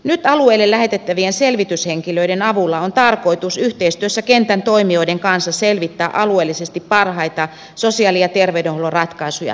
nyt alueille lähetettävien selvityshenkilöiden avulla on tarkoitus yhteistyössä kentän toimijoiden kanssa selvittää alueellisesti parhaita sosiaali ja terveydenhuollon ratkaisuja tähän tilanteeseen